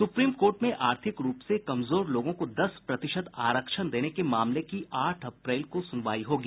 supreme court में आर्थिक रूप से कमजोर लोगों को दस प्रतिशत आरक्षण देने के मामले की आठ अप्रैल को सुनवाई होगी